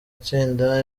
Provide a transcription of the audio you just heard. itsinda